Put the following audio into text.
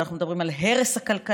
ואנחנו מדברים על הרס הכלכלה,